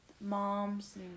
moms